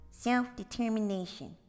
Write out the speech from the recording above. Self-determination